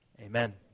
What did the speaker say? Amen